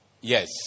Yes